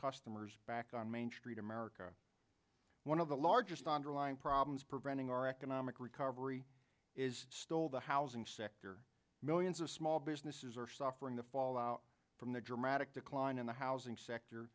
customers back on main street america one of the largest underlying problems preventing our economic recovery is still the housing sector millions of small businesses are suffering the fallout from the dramatic decline in the housing sector